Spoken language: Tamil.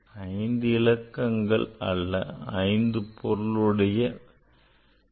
5 இலக்கங்கள் அல்ல 5 பொருளுடைய விளக்கங்கள் ஆகும்